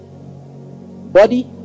body